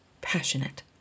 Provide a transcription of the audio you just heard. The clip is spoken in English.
passionate